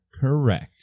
correct